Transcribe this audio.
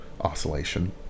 oscillation